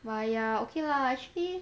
ah ya okay lah actually